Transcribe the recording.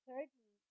Thirdly